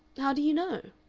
how do you know?